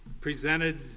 presented